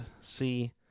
see